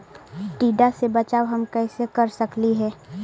टीडा से बचाव हम कैसे कर सकली हे?